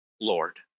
Lord